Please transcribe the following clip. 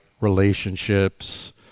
relationships